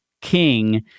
king